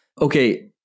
Okay